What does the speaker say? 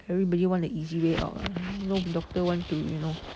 everybody wants the easy way out uh no doctor want to you know